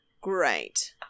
Great